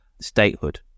statehood